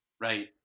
Right